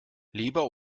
leber